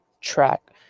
track